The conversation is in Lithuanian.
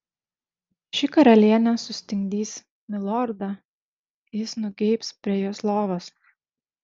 ši karalienė sustingdys milordą jis nugeibs prie jos lovos